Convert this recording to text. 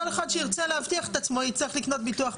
כל אחד שירצה להבטיח את עצמו יצטרך לקנות ביטוח פרטי.